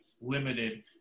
limited